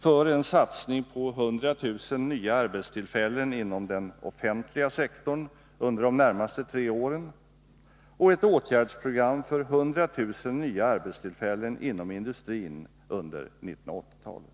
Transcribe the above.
för en satsning på 100 000 nya arbetstillfällen inom den offentliga sektorn under de närmaste tre åren och ett åtgärdsprogam för 100 000 nya arbetstillfällen inom industrin under 1980-talet.